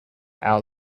out